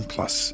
Plus